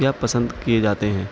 یا پسند کیے جاتے ہیں